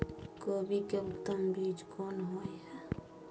कोबी के उत्तम बीज कोन होय है?